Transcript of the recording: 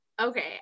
okay